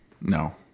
No